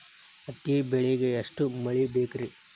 ಹತ್ತಿ ಬೆಳಿಗ ಎಷ್ಟ ಮಳಿ ಬೇಕ್ ರಿ?